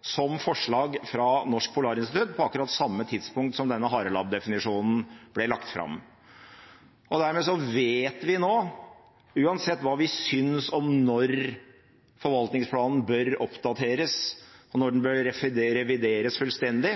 som forslag fra Norsk Polarinstitutt, på akkurat samme tidspunkt som denne harelabbdefinisjonen ble lagt fram. Dermed vet vi nå – uansett hva vi synes om når forvaltningsplanen bør oppdateres, når den bør revideres fullstendig,